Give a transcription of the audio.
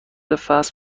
فصل